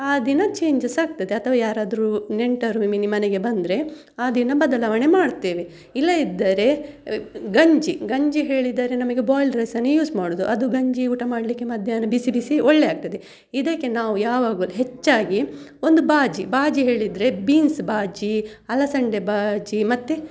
ಆ ದಿನ ಚೇಂಜಸ್ ಆಗ್ತದೆ ಅಥವಾ ಯಾರಾದರು ನೆಂಟರು ಒಮ್ಮೊಮ್ಮೆ ಮನೆಗೆ ಬಂದರೆ ಆ ದಿನ ಬದಲಾವಣೆ ಮಾಡುತ್ತೇವೆ ಇಲ್ಲದಿದ್ದರೆ ಗಂಜಿ ಗಂಜಿ ಹೇಳಿದರೆ ನಮಗೆ ಬಾಯಿಲ್ಡ್ ರೈಸನ್ನೇ ಯೂಸ್ ಮಾಡೋದು ಅದು ಗಂಜಿ ಊಟ ಮಾಡಲಿಕ್ಕೆ ಮಧ್ಯಾಹ್ನ ಬಿಸಿ ಬಿಸಿ ಒಳ್ಳೆ ಆಗ್ತದೆ ಇದಕ್ಕೆ ನಾವು ಯಾವಾಗಲು ಹೆಚ್ಚಾಗಿ ಒಂದು ಬಾಜಿ ಬಾಜಿ ಹೇಳಿದರೆ ಬೀನ್ಸ್ ಬಾಜಿ ಅಲಸಂಡೆ ಬಾಜಿ ಮತ್ತೆ